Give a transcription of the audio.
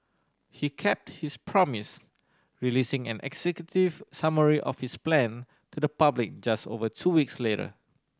he kept his promise releasing an executive summary of his plan to the public just over two weeks later